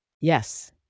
Yes